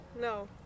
No